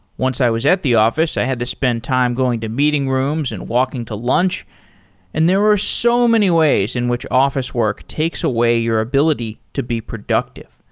once i was at the office, i had to spend time going to meeting rooms and walking to lunch and there were so many ways in which office work takes away your ability to be productive.